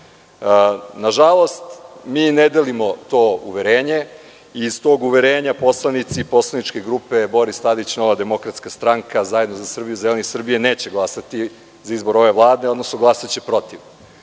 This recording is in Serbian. Nažalost, mi ne delimo to uverenje i iz tog uverenja poslanici poslaničke grupe Boris Tadić – Nova demokratska stranka – Zajedno za Srbiju – Zeleni Srbije neće glasati za izbor ove vlade, odnosno glasaće